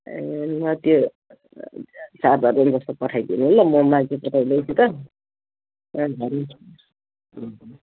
ए ल त्यो चार दर्जन जस्तो पठाइदिनु ल म मान्छे पठाउँदैछु त